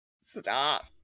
Stop